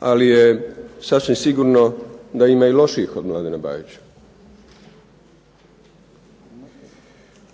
ali je sasvim sigurno da ima i lošijih od Mladena Bajića.